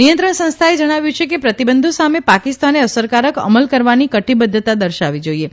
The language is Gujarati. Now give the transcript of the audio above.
નિયંત્રણ સંસ્થાએ જણાવ્યું કે પ્રતિબંધો સામે પાકિસ્તાને અસરકારક અમલ કરવાની કટીબધ્ધતા દર્શાવવી જોઇએ